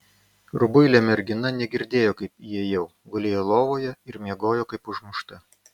rubuilė mergina negirdėjo kaip įėjau gulėjo lovoje ir miegojo kaip užmušta